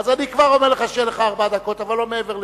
אז אני כבר אומר לך שיהיו לך ארבע דקות אבל לא מעבר לזה.